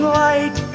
light